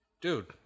dude